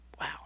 Wow